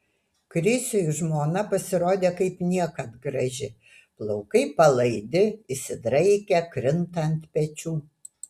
krisiui žmona pasirodo kaip niekad graži plaukai palaidi išsidraikę krinta ant pečių